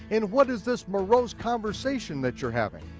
and what is this morose conversation that you're having?